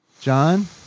John